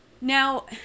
Now